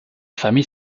famille